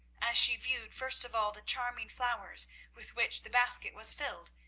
as she viewed first of all the charming flowers with which the basket was filled,